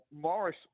Morris